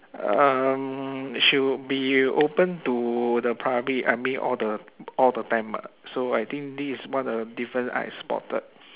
um should be open to the public I mean all the all the time ah so I think this is one of the different I spotted